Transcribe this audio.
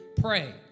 pray